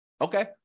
Okay